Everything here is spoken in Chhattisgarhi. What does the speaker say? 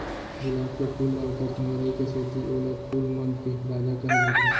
गुलाब के फूल ल ओकर सुंदरई के सेती ओला फूल मन के राजा कहे जाथे